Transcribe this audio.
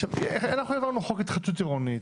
עכשיו, אנחנו העברנו חוק התחדשות עירונית,